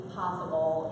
possible